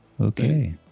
Okay